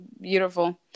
beautiful